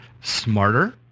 smarter